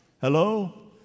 Hello